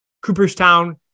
Cooperstown